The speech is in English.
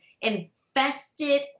infested